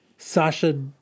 Sasha